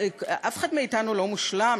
אף אחד מאתנו לא מושלם,